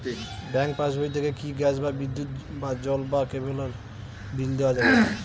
Bank পাশবই থেকে কি গ্যাস বা বিদ্যুৎ বা জল বা কেবেলর বিল দেওয়া যাবে?